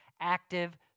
active